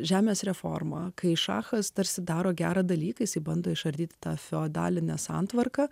žemės reformą kai šachas tarsi daro gerą dalykais ji bando išardyti tą feodalinę santvarką